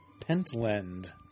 Pentland